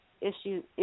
issues